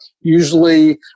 usually